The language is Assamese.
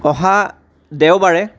অহা দেওবাৰে